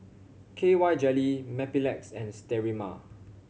K Y Jelly Mepilex and Sterimar